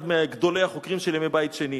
אחד מגדולי החוקרים של ימי בית שני.